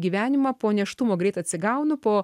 gyvenimą po nėštumo greit atsigaunu po